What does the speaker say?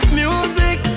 music